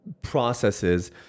processes